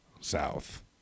south